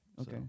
Okay